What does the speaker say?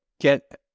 get